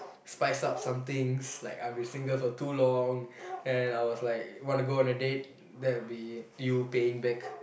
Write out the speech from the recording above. spice up some things like I've been single for too long then I was like wanna go on a date that will be you paying back